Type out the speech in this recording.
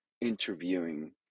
interviewing